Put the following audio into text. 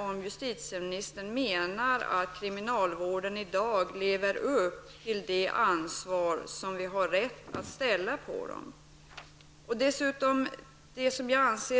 Dessutom anser jag